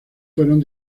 fueron